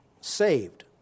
saved